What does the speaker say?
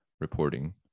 reporting